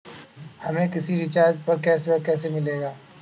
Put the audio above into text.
हमें किसी रिचार्ज पर कैशबैक कैसे मिलेगा?